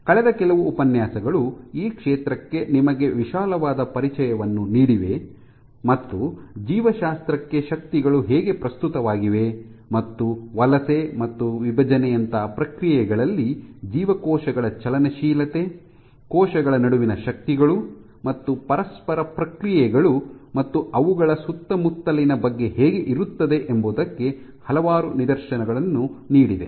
ಕಳೆದ ಕೆಲವು ಉಪನ್ಯಾಸಗಳು ಈ ಕ್ಷೇತ್ರಕ್ಕೆ ನಿಮಗೆ ವಿಶಾಲವಾದ ಪರಿಚಯವನ್ನು ನೀಡಿವೆ ಮತ್ತು ಜೀವಶಾಸ್ತ್ರಕ್ಕೆ ಶಕ್ತಿಗಳು ಹೇಗೆ ಪ್ರಸ್ತುತವಾಗಿವೆ ಮತ್ತು ವಲಸೆ ಮತ್ತು ವಿಭಜನೆಯಂತಹ ಪ್ರಕ್ರಿಯೆಗಳಲ್ಲಿ ಜೀವಕೋಶಗಳ ಚಲನಶೀಲತೆ ಕೋಶಗಳ ನಡುವಿನ ಶಕ್ತಿಗಳು ಮತ್ತು ಪರಸ್ಪರ ಕ್ರಿಯೆಗಳು ಮತ್ತು ಅವುಗಳ ಸುತ್ತಮುತ್ತಲಿನ ಬಗ್ಗೆ ಹೇಗೆ ಇರುತ್ತದೆ ಎಂಬುದಕ್ಕೆ ಹಲವಾರು ನಿದರ್ಶನಗಳನ್ನು ನೀಡಿದೆ